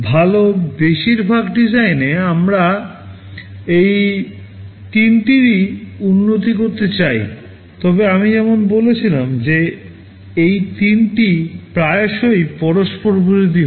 ভাল বেশিরভাগ ডিজাইনে আমরা এই তিনটিরই উন্নতি করতে চাই তবে আমি যেমন বলেছিলাম যে এই তিনটি প্রায়শই পরস্পরবিরোধী হয়